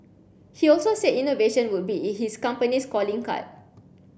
he also said innovation would be in his company's calling card